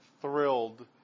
thrilled